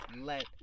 let